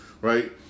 right